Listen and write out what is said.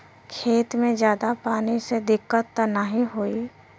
खेत में ज्यादा पानी से दिक्कत त नाही होई?